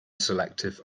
selective